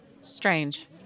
strange